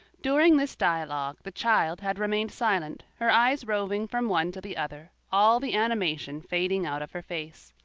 during this dialogue the child had remained silent, her eyes roving from one to the other, all the animation fading out of her face.